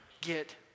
get